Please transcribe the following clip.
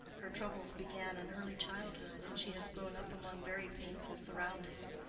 her troubles began in early childhood, and she has grown up among very painful surroundings.